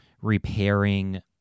repairing